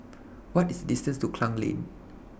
What IS distance to Klang Lane